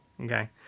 Okay